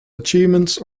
achievements